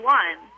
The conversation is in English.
one